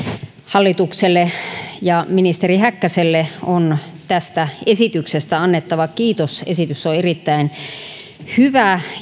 hallitukselle ja ministeri häkkäselle on tästä esityksestä annettava kiitos esitys on erittäin hyvä